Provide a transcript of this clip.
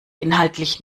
inhaltlich